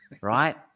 right